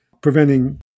preventing